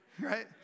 right